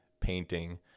painting